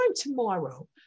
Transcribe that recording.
tomorrow